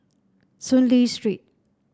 Soon Lee Street